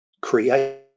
create